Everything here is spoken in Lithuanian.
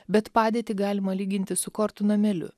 bet padėtį galima lyginti su kortų nameliu